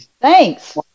thanks